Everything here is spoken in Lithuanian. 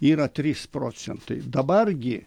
yra trys procentai dabar gi